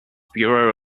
bureau